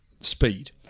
speed